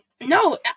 No